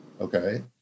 okay